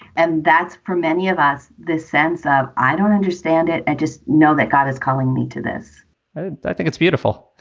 and that's for many of us, this sense of i don't understand it and just know that god is calling me to this i think it's beautiful.